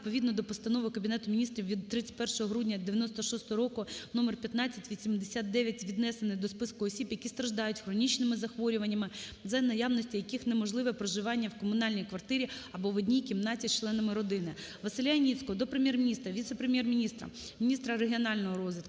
відповідно до Постанови Кабінету Міністрів від 31 грудня 1996 року № 1589 віднесений до списку осіб, які страждають хронічними захворюваннями, за наявності яких неможливе проживання в комунальній квартирі або в одній кімнаті з членами родини. Василя Яніцького до Прем'єр-міністра, віце-прем’єр-міністра - міністра регіонального розвитку,